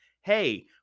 Hey